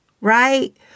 right